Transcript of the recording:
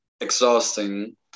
exhausting